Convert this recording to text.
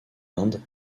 inde